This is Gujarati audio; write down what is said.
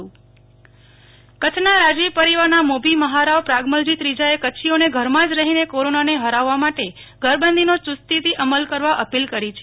નેહલ ઠકકર રાજવી પરિવારની અપીલ કચ્છના રાજવી પરિવારના મોલી મહારાવ પ્રાગમલજી ત્રીજાએ કચ્છીઓને ઘરમાં જ રહીને કોરોના ને હરાવવા માટે ઘરબંધીનો યુસ્તીથી અમલ કરવા અપીલ કરી છે